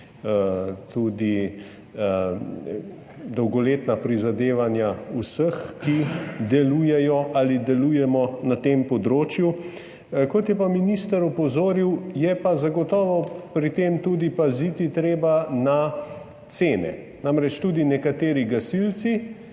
tudi dolgoletna prizadevanja vseh, ki delujejo ali delujemo na tem področju. Kot je minister opozoril, je pa zagotovo pri tem treba tudi paziti na cene, namreč tudi nekateri gasilci,